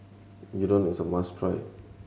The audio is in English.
udon is a must try